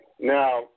Now